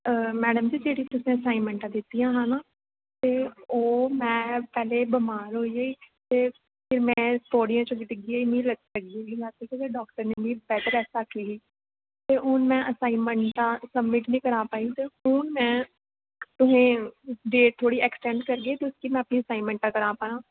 madam ji जेह्ड़ी तुसें असाइनमैंटां दित्तियां हियां न ते ओह् में पैह्ले बमार होई गेई ते फिर में पौड़ियां च बी डिग्गी पेई मिगी लग्गी ही लत च ते डॉक्टर ने मी बैड रैस्ट आक्खी ही ते हून में आसाइनमैंटां सबमिट निं करा पाई ते हून में तुसें डेट थोह्ड़ी ऐक्सेंड करगे तुस ताकि में अपनी असाइनमैंटां करा पां